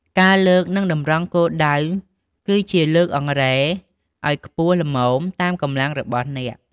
ការលើក និងតម្រង់គោលដៅគឺជា លើកអង្រែឱ្យខ្ពស់ល្មមតាមកម្លាំងរបស់អ្នក។